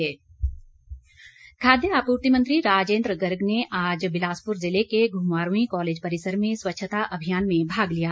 राजेंद्र गर्ग खाद्य आपूर्ति मंत्री राजेंद्र गर्ग ने आज बिलासपुर जिले के घुमारवीं कॉलेज परिसर में स्वच्छता अभियान में भाग लिया